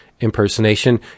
impersonation